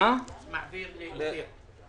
אתם בטח מכירים את הסיפור של